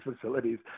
facilities